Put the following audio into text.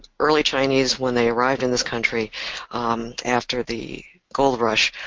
early chinese when they arrived in this country after the gold rush,